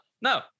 no